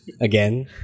again